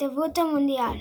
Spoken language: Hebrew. התהוות המונדיאל